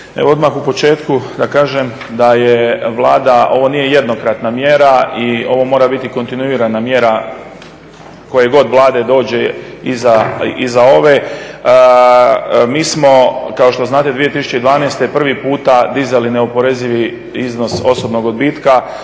odmah u početku da kažem da je Vlada, ovo nije jednokratna mjera i ovo mora biti kontinuirana mjera koje god Vlade dođe iza ove. Mi smo kao što znate 2012. prvi puta dizali neoporezivi iznos osobnog odbitka